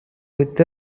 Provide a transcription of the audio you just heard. with